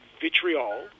vitriol